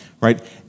right